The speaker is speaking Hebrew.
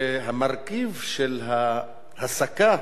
המרכיב של ההסקה